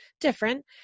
different